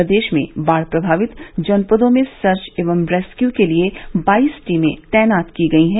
प्रदेश के बाढ़ प्रभावित जनपदों में सर्च एवं रेस्क्यू के लिये बाईस टीमें तैनात की गई है